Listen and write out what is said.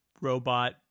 robot